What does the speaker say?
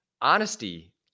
Honesty